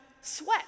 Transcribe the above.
sweat